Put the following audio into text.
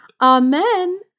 Amen